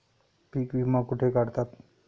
पीक विमा कुठे काढतात?